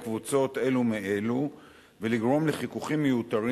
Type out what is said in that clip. קבוצות אלה מאלה ולגרום לחיכוכים מיותרים,